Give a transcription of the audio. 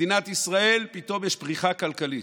במדינת ישראל פתאום יש פריחה כלכלית.